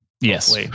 yes